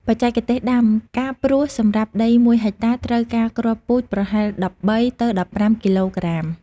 បច្ចេកទេសដាំ ការព្រោះ សម្រាប់ដី ១ ហិកតា ត្រូវការគ្រាប់ពូជប្រហែល ១៣ ទៅ ១៥ គីឡូក្រាម។